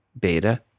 Beta